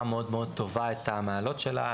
מאוד טובה את המעלות של התוכנית הזו,